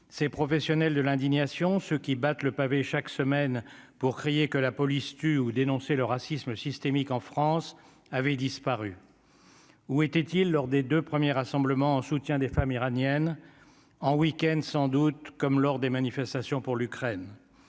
ces professionnels de l'indignation ceux qui battent le pavé chaque semaine pour crier que la police tue ou dénoncer le racisme systémique en France avait disparu, où étaient-ils lors des 2 premiers rassemblements en soutien des femmes iraniennes en week-end, sans doute, comme lors des manifestations pour l'Ukraine